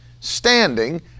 standing